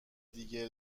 دیگه